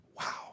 Wow